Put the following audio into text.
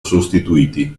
sostituiti